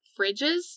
fridges